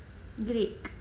greek